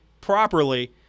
properly